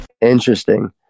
interesting